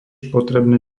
potrebné